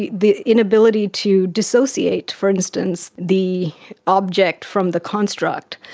the the inability to dissociate, for instance, the object from the construct.